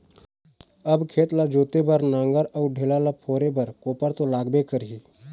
अब खेत ल जोते बर नांगर अउ ढेला ल फोरे बर कोपर तो लागबे करही